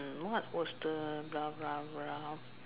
what was the blah blah blah